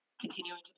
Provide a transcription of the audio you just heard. continuing